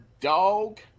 dog